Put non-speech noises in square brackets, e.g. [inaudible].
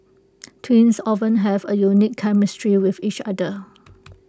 twins often have A unique chemistry with each other [noise]